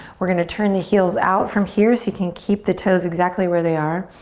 we're gonna turn the heels out from here so you can keep the toes exactly where they are.